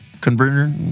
Converter